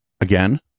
again